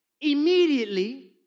Immediately